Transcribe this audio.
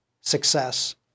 success